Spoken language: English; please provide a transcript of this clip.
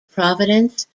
providence